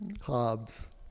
Hobbes